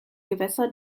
gewässer